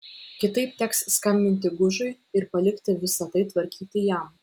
kitaip teks skambinti gužui ir palikti visa tai tvarkyti jam